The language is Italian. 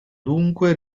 dunque